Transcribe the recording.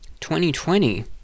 2020